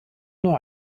nur